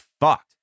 fucked